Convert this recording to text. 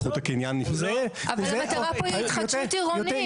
אבל המטרה פה היא התחדשות עירונית.